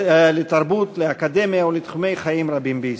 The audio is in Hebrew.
לתרבות, לאקדמיה ולתחומי חיים רבים בישראל.